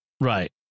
Right